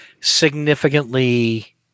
significantly